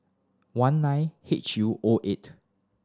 one nine H U O eight